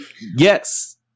Yes